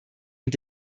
und